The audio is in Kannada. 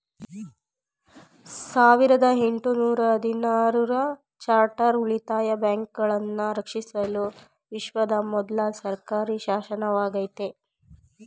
ಸಾವಿರದ ಎಂಟು ನೂರ ಹದಿನಾರು ರ ಚಾರ್ಟರ್ ಉಳಿತಾಯ ಬ್ಯಾಂಕುಗಳನ್ನ ರಕ್ಷಿಸಲು ವಿಶ್ವದ ಮೊದ್ಲ ಸರ್ಕಾರಿಶಾಸನವಾಗೈತೆ